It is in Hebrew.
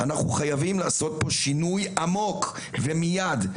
אנחנו חייבים לעשות פה שינוי עמוק, ומייד.